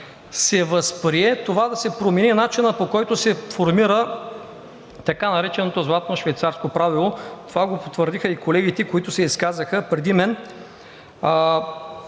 се възприе това да се промени начинът, по който се формира така нареченото златно швейцарско правило. Това го потвърдиха и колегите, които се изказаха преди мен.